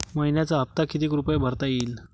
मइन्याचा हप्ता कितीक रुपये भरता येईल?